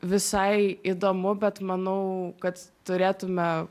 visai įdomu bet manau kad turėtume